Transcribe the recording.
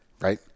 Right